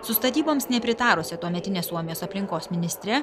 su statyboms nepritarusia tuometinės suomijos aplinkos ministre